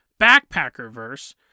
Backpackerverse